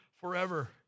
forever